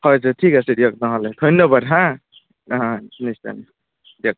হয় ঠিক আছে দিয়ক তেহ'লে ধন্যবাদ হা অঁ নিশ্চয় নিশ্চয় দিয়ক